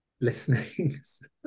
listenings